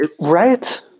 Right